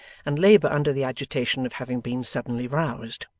and labour under the agitation of having been suddenly roused.